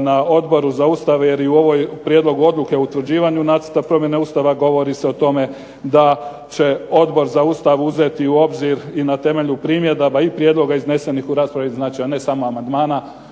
na Odboru za Ustav, jer i u ovoj Prijedlogu odluke o utvrđivanju nacrta promjene Ustava govori se o tome da će Odbor za Ustav uzeti u obzir i na temelju primjedaba i prijedloga iznesenih u raspravi, znači a ne samo amandmana.